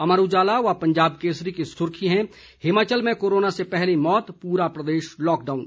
अमर उजाला व पंजाब केसरी की सुर्खी है हिमाचल में कोरोना से पहली मौत पूरा प्रदेश लॉकडाउन